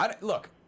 look